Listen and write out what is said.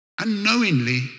unknowingly